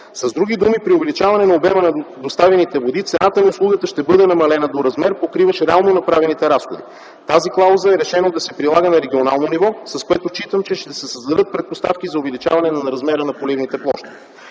С други думи, при увеличаване на обема на доставяните води цената на услугата ще бъде намалена до размер, покриващ реално направените разходи. Тази клауза е решена да се прилага на регионално ниво, с което считам, че ще се създадат предпоставки за увеличаване на размера на поливните площи.